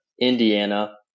Indiana